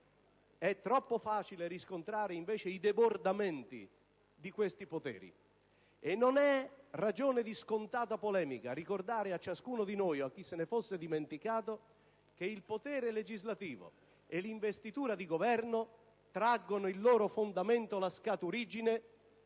è troppo facile riscontrare invece i debordamenti di questi stessi poteri. E non è ragione di scontata polemica ricordare a ciascuno di noi e a chiunque se ne fosse dimenticato che il potere legislativo e l'investitura di governo traggono il loro fondamento, la scaturigine,